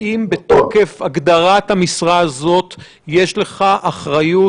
האם בתוקף הגדרת המשרה הזאת יש לך אחריות